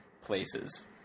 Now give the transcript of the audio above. places